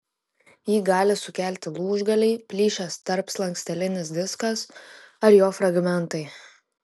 jį gali sukelti lūžgaliai plyšęs tarpslankstelinis diskas ar jo fragmentai